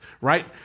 right